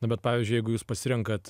na bet pavyzdžiui jeigu jūs pasirenkat